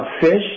fish